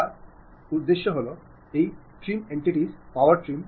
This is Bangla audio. সেই উদ্দেশ্যে আবার ট্রিম এন্টিটিএস পাওয়ার ট্রিম